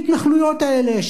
ההתנחלויות האלה,